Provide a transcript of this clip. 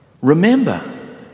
Remember